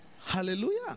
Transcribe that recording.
Hallelujah